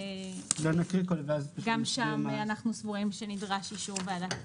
גם שם אנחנו סבורים שנדרש אישור וועדת כלכלה.